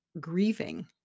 grieving